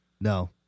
No